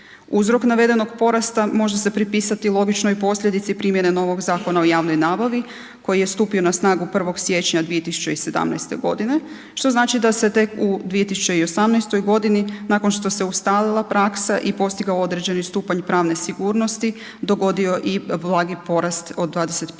Uzrok navedenog porasta može se pripisati logičnoj posljedici primjene novog Zakona o javnoj nabavi koji je stupio na snagu 1. siječnja 2017. godine što znači da se tek u 2018. godini nakon što se ustalila praksa i postigao određeni stupanj pravne sigurnosti dogodio i blagi porast od 25%,